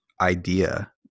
idea